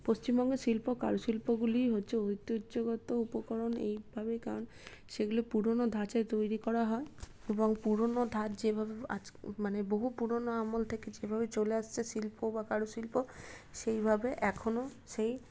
পশ্চিমবঙ্গে শিল্প কারুশিল্পগুলি হচ্ছে ঐতিহ্যগত উপকরণ এইভাবেই কারণ সেইগুলো পুরোনো ধাঁচে তৈরি করা হয় এবং পুরোনো ধাঁচ যেভাবে আজকে মানে বহু পুরোনো আমল থেকে যেভাবে চলে আসছে শিল্প বা কারুশিল্প সেইভাবে এখনো সেই